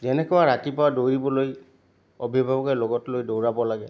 যেনেকৈ ৰাতিপুৱা দৌৰিবলৈ অভিভাৱকে লগত লৈ দৌৰাব লাগে